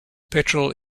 petrol